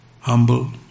humble